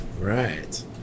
Right